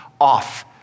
off